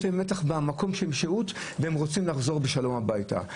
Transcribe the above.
יש להם מתח מן השהות במקום והם רוצים לחזור בשלום הביתה.